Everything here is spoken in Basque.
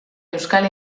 euskal